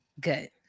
good